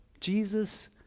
Jesus